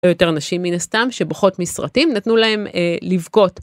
יותר נשים מן הסתם שבוכות מסרטים נתנו להם לבכות.